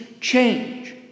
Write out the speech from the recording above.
change